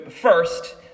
first